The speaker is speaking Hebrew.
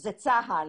זה צה"ל.